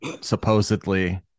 supposedly